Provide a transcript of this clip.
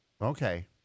Okay